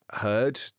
heard